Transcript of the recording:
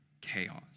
chaos